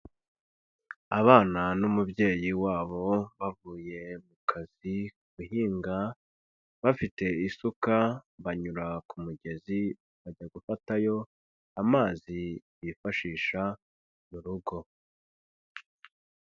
Abana n'umubyeyi wabo bavuye mu kazi guhinga bafite isuka, banyura ku mugezi bajya gufatayo amazi bifashisha mu rugo.